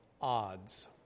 odds